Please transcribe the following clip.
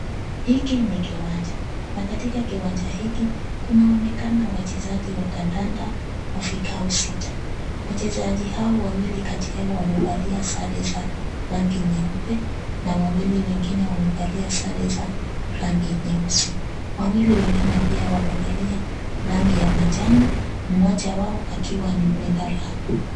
Hiki ni kiwanja na katika kiwanja hiki kunaonekana wachezaji wa kandanda wafikao sita. Wachezaji hao wawili kati yao wamevalia sare za rangi nyeupe na wawili wengine wamevalia sare za rangi nyeusi. Wawili wengine pia wamevalia rangi ya manjano, mmoja wao akiwa ni mlinda lango.